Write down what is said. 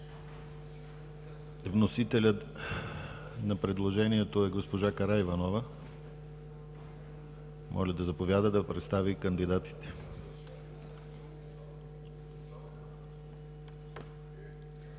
Вносителят на предложението е госпожа Караиванова, моля да заповяда, за да представи кандидатите.